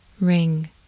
ring